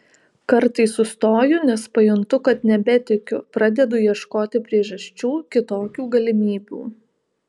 kartais sustoju nes pajuntu kad nebetikiu pradedu ieškoti priežasčių kitokių galimybių